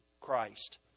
Christ